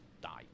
die